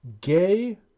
gay